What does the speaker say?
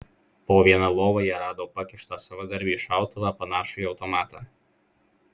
po viena lova jie rado pakištą savadarbį šautuvą panašų į automatą